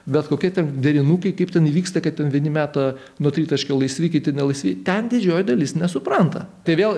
bet kokie ten derinukai kaip ten vyksta kaip ten vieni meta nuo tritaškio laisvi kiti ne laisvi ten didžioji dalis nesupranta tai vėl